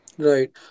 Right